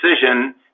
decision